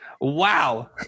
wow